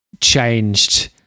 changed